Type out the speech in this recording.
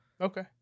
Okay